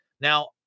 now